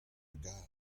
gar